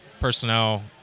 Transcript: personnel